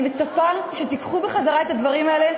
אני מצפה שתיקחו חזרה את הדברים האלה,